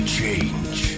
change